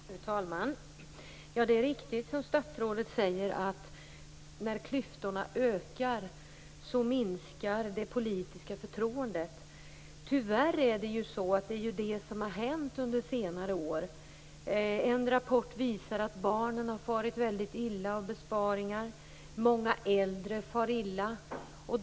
Fru talman! Det är riktigt som statsrådet säger: När klyftorna ökar minskar det politiska förtroendet. Tyvärr är det ju det som har hänt under senare år. En rapport visar att barnen har farit väldigt illa av besparingar. Många äldre far illa.